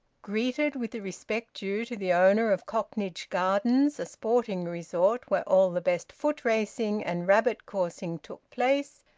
greeted with the respect due to the owner of cocknage gardens, a sporting resort where all the best foot-racing and rabbit-coursing took place,